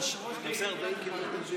יושב-ראש הכנסת הגיש לי מכתב.